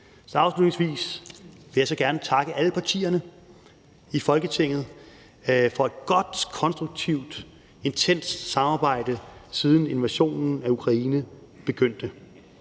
afslutningsvis vil jeg gerne takke alle partierne i Folketinget for et godt, konstruktivt og intenst samarbejde, siden invasionen af Ukraine begyndte.